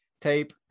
tape